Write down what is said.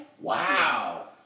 Wow